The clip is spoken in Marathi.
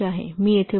तर मी येथे 1